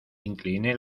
incliné